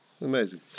amazing